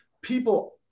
people